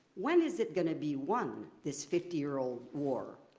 when is it going to be won, this fifty year old war,